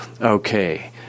Okay